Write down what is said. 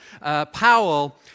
Powell